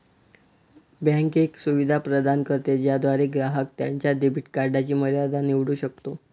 bank एक सुविधा प्रदान करते ज्याद्वारे ग्राहक त्याच्या डेबिट कार्डची मर्यादा निवडू शकतो